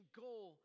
goal